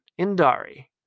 Indari